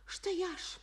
štai aš